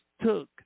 took